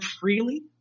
freely